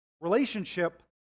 Relationship